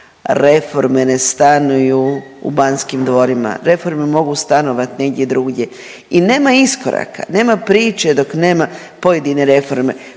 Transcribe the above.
reformu ne stanuju u Banskim dvorima reforme mogu stanovat negdje drugdje i nema iskoraka, nema priče dok nema pojedine reforme,